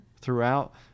throughout